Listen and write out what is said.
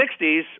60s